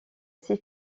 ses